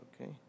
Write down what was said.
Okay